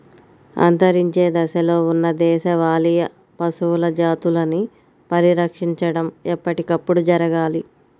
అంతరించే దశలో ఉన్న దేశవాళీ పశువుల జాతులని పరిరక్షించడం ఎప్పటికప్పుడు జరగాలి